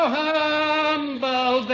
humble